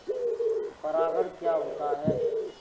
परागण क्या होता है?